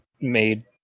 made